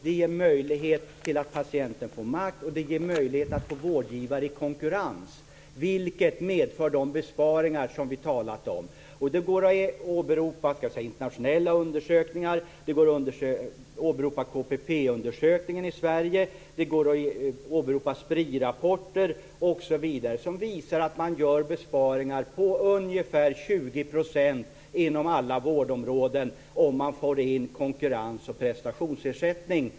Det ger möjlighet till att patienten får makt. Det ger möjlighet att få vårdgivare i konkurrens. Detta medför de besparingar som vi har talat om. Det går att åberopa internationella undersökningar. Det går att åberopa KPP-undersökningen i Sverige. Det går också att åberopa Spri-rapporter osv. som visar att man gör besparingar på ungefär 20 % inom alla vårdområden om man får in konkurrens och prestationsersättning.